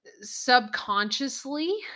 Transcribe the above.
subconsciously